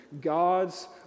God's